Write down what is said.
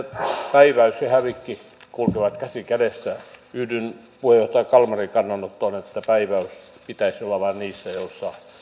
päiväys ja hävikki kulkevat käsi kädessä yhdyn puheenjohtaja kalmarin kannanottoon että päiväyksen pitäisi olla vain niissä joissa